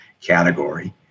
category